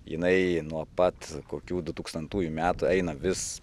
jinai nuo pat kokių du tūkstantųjų metų eina vis